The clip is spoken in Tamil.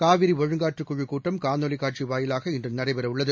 காவிரி ஒழுங்காற்று குழுக் கூட்டம் காணொலிக் காட்சி வாயிலாக இன்று நடைபெறவுள்ளது